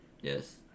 Yes